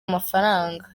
amafaranga